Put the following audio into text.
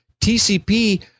TCP